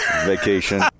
vacation